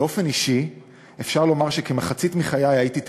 באופן אישי אפשר לומר שכמחצית מחיי הייתי תל-אביבי,